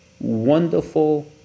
wonderful